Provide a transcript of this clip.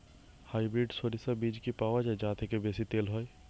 Hybrid শরিষা বীজ কি পাওয়া য়ায় যা থেকে বেশি তেল হয়?